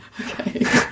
Okay